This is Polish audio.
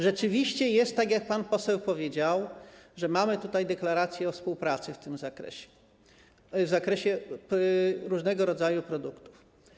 Rzeczywiście jest tak, jak pan poseł powiedział, że mamy tutaj deklarację o współpracy w tym zakresie, w zakresie różnego rodzaju produktów.